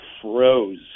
froze